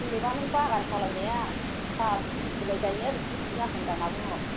जेनेबा नों बागान खालामनाया साहा बिलाइ गायनाया बेसे गोबाव जाखो होन्दों आं आब'